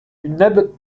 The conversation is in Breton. nebeud